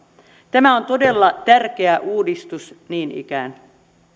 tämä on todella tärkeä uudistus niin ikään